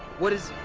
what is.